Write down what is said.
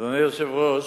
היושב-ראש,